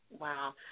Wow